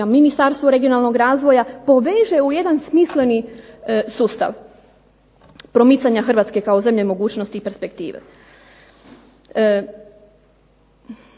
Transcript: Ministarstvo regionalnog razvoja poveže u jedan smisleni sustav promicanja Hrvatske kao zemlje mogućnosti i perspektive.